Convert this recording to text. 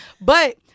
but-